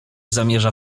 zamierza